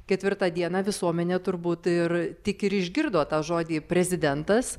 ketvirtą dieną visuomenė turbūt ir tik ir išgirdo tą žodį prezidentas